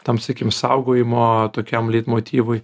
tam sykim saugojimo tokiam leitmotyvui